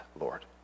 Lord